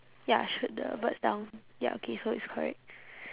ya shoot the birds down ya okay so it's correct